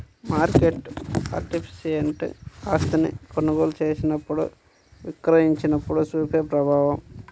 market participant ఆస్తిని కొనుగోలు చేసినప్పుడు, విక్రయించినప్పుడు చూపే ప్రభావం